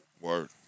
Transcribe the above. Word